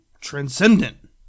transcendent